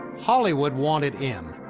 hollywood wanted in.